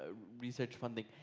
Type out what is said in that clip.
research funding.